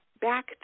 back